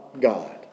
God